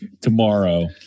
tomorrow